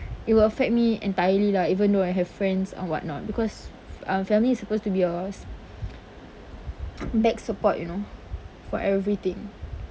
it will affect me entirely lah even though I have friends or whatnot because uh family is supposed to be your back support you know for everything